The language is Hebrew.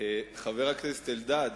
חבר הכנסת אלדד,